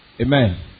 Amen